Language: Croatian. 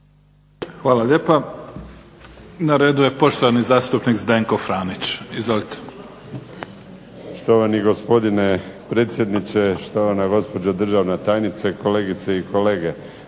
Hvala lijepa. Na redu je poštovani zastupnik Zdenko Franić. Izvolite.